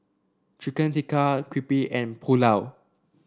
Chicken Tikka Crepe and Pulao